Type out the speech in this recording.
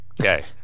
Okay